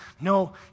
No